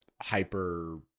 hyper